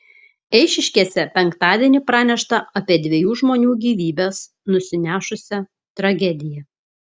eišiškėse penktadienį pranešta apie dviejų žmonių gyvybes nusinešusią tragediją